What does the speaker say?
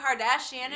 Kardashian